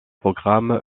proclame